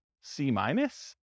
C-minus